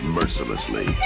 mercilessly